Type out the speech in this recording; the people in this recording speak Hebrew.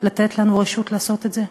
לתת לנו רשות לעשות את זה?